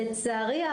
לצערי,